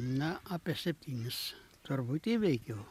na apie septynis turbūt įveikiau